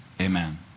amen